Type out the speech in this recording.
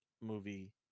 movie